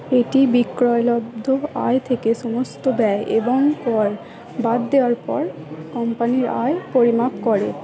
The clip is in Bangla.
এটি বিক্রয়লব্ধ আয় থেকে সমস্ত ব্যয় এবং কর বাদ দেওয়ার পর কোম্পানির আয় পরিমাপ করে